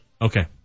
Okay